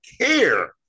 care